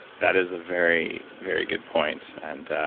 that is a very, very good point. and